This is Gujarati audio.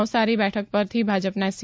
નવસારી બેઠક પરથી ભાજપના સી